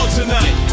tonight